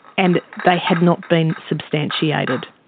and they had not been substantiated.